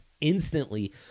instantly